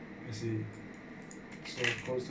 I see is of couse